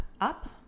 up